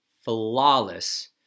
flawless